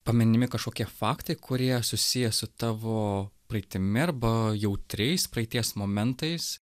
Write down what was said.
paminimi kažkokie faktai kurie susiję su tavo praeitimi arba jautriais praeities momentais